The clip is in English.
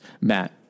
matt